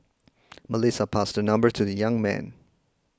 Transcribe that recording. Melissa passed her number to the young man